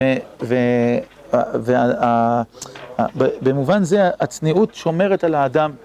במובן זה, הצניעות שומרת על האדם